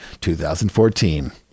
2014